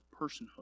personhood